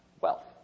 wealth